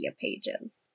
pages